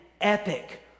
epic